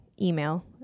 email